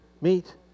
meet